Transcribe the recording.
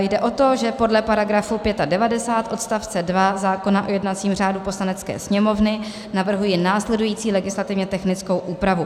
Jde o to, že podle § 95 odst. 2 zákona o jednacím řádu Poslanecké sněmovny navrhuji následující legislativně technickou úpravu.